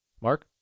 Mark